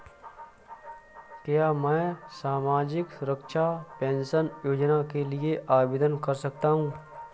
क्या मैं सामाजिक सुरक्षा पेंशन योजना के लिए आवेदन कर सकता हूँ?